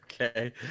Okay